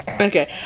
Okay